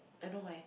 I know mine